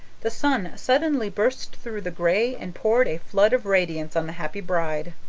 the sun suddenly burst through the gray and poured a flood of radiance on the happy bride.